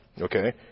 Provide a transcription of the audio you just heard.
Okay